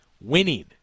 winning